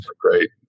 great